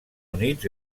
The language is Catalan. units